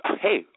hey